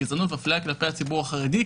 גזענות והפליה כלפי הציבור החרדי,